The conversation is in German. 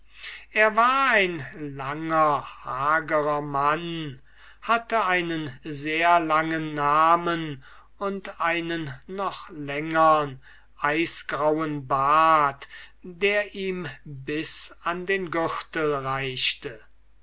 er war ein langer hagerer mann hatte einen sehr langen namen und einen noch längern eisgrauen bart der ihm bis an den gürtel reichte